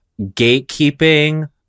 gatekeeping